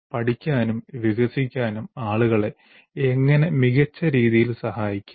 പഠിക്കാനും വികസിക്കാനും ആളുകളെ എങ്ങനെ മികച്ച രീതിയിൽ സഹായിക്കാം